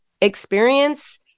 experience